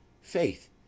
Faith